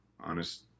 honest